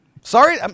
Sorry